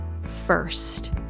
first